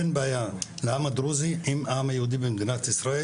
אין בעיה לעם הדרוזי עם העם היהודי במדינת ישראל.